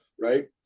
right